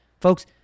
folks